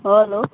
hello